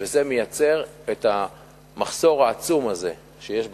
וזה מייצר את המחסור העצום הזה שיש בקרקעות.